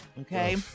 Okay